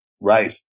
Right